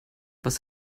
was